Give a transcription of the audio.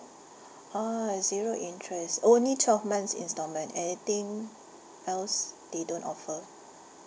orh zero interest only twelve months installment anything else they don't offer